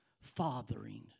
fathering